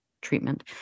treatment